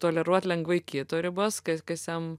toleruot lengvai kito ribas kas kas jam